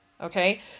Okay